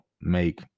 make